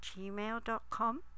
gmail.com